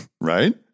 Right